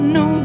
no